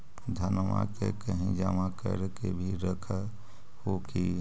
धनमा के कहिं जमा कर के भी रख हू की?